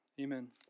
amen